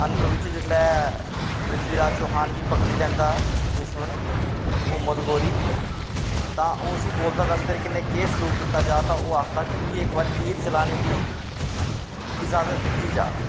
अन्त बिच्च जिसलै पृथ्वीराज चौहान गी पकड़ी लैंदा दुश्मन मोहम्मद गौरी तां ओह् बोलदा दसतेरे कन्नै केह् स्लूक कीता जा तां ओह् आखदा मिगी इक बारी तीर चलानें दी इज़ाजत दित्ती जा